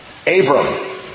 Abram